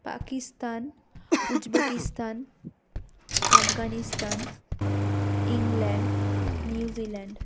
Pakistan Uzbekistan Afghanistan England New Zealand